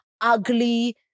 ugly